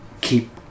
keep